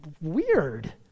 weird